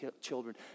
children